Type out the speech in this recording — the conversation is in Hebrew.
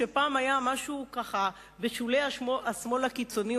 שפעם היה משהו בשולי השמאל הקיצוני,